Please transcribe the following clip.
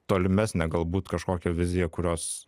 tolimesnę galbūt kažkokią viziją kurios